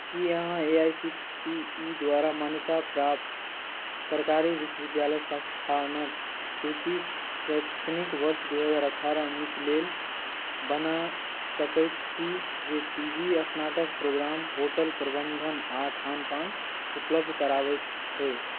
की अहाँ A I C T E द्वारा मान्यताप्राप्त सरकारी विश्वविद्यालय संस्थानक सूची शैक्षणिक वर्ष दू हजार अठारह उन्नैस लेल बना सकैत छी जे पी जी स्नातक प्रोगाम होटल प्रबन्धन आ खानपान उपलब्ध कराबैत होय